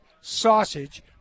sausage